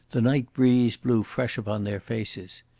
the night breeze blew fresh upon their faces.